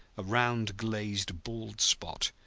a round, glazed bald spot,